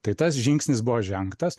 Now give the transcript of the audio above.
tai tas žingsnis buvo žengtas